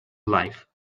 life